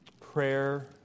prayer